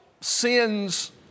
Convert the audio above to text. sins